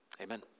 Amen